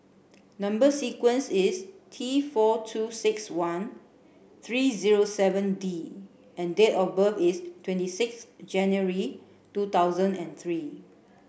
number sequence is T four two six one three zero seven D and date of birth is twenty six January two thousand and three